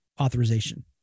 authorization